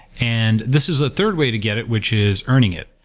and this is a third way to get it, which is earning it.